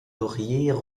lauriers